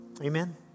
Amen